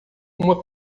uma